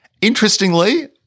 Interestingly